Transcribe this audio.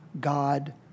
God